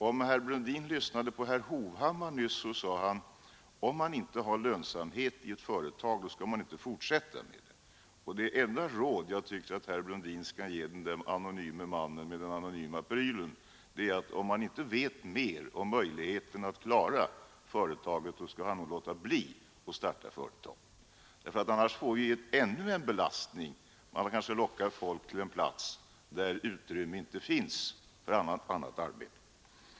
Om herr Brundin lyssnade till herr Hovhammar nyss, så sade herr Hovhammar att man inte skall fortsätta med ett företag om det inte är lönsamt. Det enda råd jag tycker att herr Brundin skall ge den anonyme mannen med den anonyma prylen är, att om han inte vet mer om möjligheterna att klara företaget skall han nog låta bli att starta det. Annars får vi ännu en belastning. Man kanske lockar folk till en plats där utrymme inte finns för annat arbete.